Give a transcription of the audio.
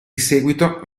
seguito